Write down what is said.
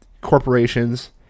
corporations